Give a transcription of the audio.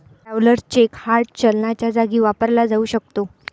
travellers cheque hard चलनाच्या जागी वापरला जाऊ शकतो